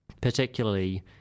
particularly